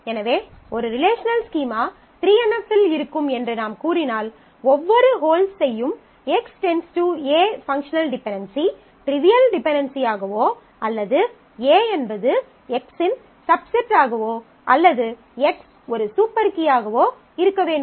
எனவே ஒரு relational schema 3NF இல் இருக்கும் என்று நாம் கூறினால் ஒவ்வொரு ஹோல்ட்ஸ் செய்யும் X → A functional dependency trivial டிபென்டென்சியாகவோ அல்லது A என்பது X இன் சப்செட்டாகவோ அல்லது X ஒரு சூப்பர் கீயாகவோ இருக்க வேண்டும்